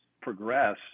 progress